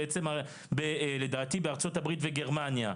לדעתי בארצות הברית וגרמניה,